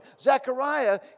Zechariah